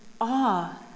awe